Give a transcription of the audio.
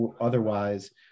otherwise